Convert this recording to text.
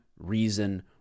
reason